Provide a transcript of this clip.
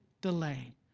delay